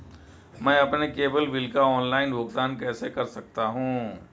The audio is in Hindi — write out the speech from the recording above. मैं अपने केबल बिल का ऑनलाइन भुगतान कैसे कर सकता हूं?